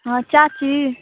हँ चाची